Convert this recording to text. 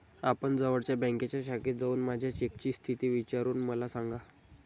आपण जवळच्या बँकेच्या शाखेत जाऊन माझ्या चेकची स्थिती विचारून मला सांगा